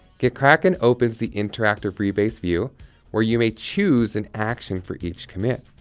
gitkraken opens the interactive-rebase view where you may choose an action for each commit.